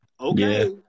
Okay